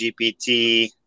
GPT